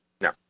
No